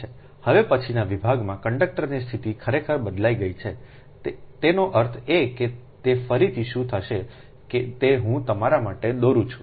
હવે પછીના વિભાગમાં કંડક્ટરની સ્થિતિ ખરેખર બદલાઈ ગઈ છેતેનો અર્થ એ કે તે ફરીથી શું થશે તે હું તમારા માટે દોરું છું